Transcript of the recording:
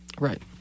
right